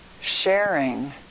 sharing